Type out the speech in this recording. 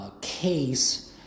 case